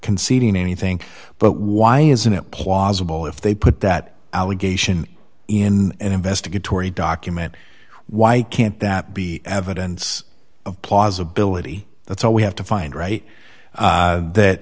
conceding anything but why isn't it plausible if they put that allegation in an investigatory document why can't that be evidence of plausibility that's all we have to find right that